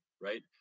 Right